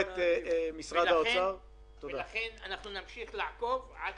אנחנו נמשך לעקוב עד